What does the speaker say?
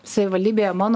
savivaldybėje mano